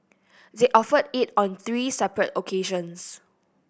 they offered it on three separate occasions